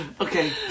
Okay